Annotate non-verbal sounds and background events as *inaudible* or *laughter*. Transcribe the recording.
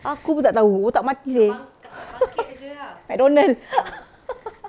aku pun tak tahu kalau tak mati eh *laughs* McDonald *laughs*